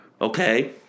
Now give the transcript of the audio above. okay